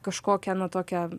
kažkokią nu tokią